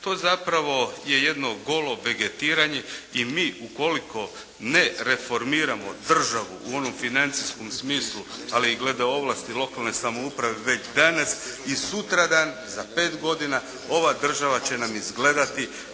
To zapravo je jedno golo vegetiranje i mi ukoliko ne reformiramo državu u onom financijskom smislu ali i glede ovlasti lokalne samouprave već danas i sutradan za 5 godina ova država će nam izgledati